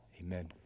amen